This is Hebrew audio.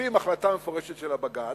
אוכפים החלטה מפורשת של בג"ץ,